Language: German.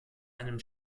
einem